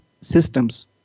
systems